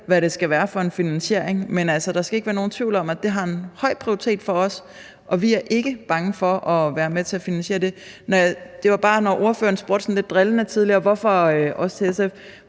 hvad det skal være for en finansiering, men altså, der skal ikke være nogen tvivl om, at det har en høj prioritet for os, og vi er ikke bange for at være med til at finansiere det. Ordføreren spurgte sådan lidt drillende tidligere, også til SF: